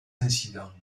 incidents